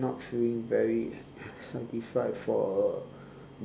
not feeling very satisfied for a